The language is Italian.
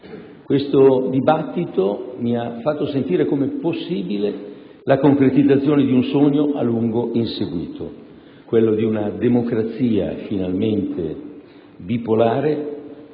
Questo dibattito mi ha fatto sentire come possibile la concretizzazione di un sogno a lungo inseguito: quello di una democrazia finalmente bipolare,